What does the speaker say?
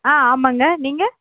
ஆ ஆமாங்க நீங்கள்